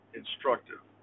instructive